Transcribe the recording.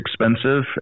expensive